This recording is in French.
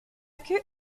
queue